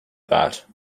that